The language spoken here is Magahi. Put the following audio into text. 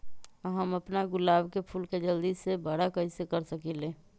हम अपना गुलाब के फूल के जल्दी से बारा कईसे कर सकिंले?